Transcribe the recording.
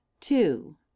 Two